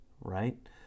right